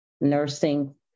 nursing